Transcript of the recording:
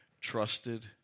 trusted